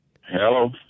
Hello